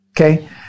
okay